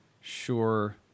sure